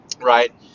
right